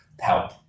help